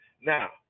Now